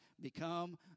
become